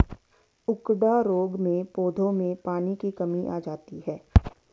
उकडा रोग में पौधों में पानी की कमी आ जाती है